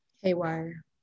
Haywire